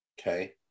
Okay